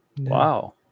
Wow